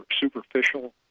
superficial